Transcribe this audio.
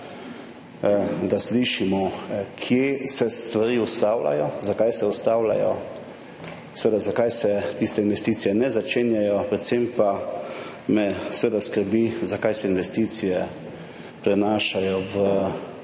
bi slišati: Kje se stvari ustavljajo in zakaj se ustavljajo? Zakaj se tiste investicije ne začenjajo? Predvsem pa me seveda skrbi: Zakaj se investicije prenašajo v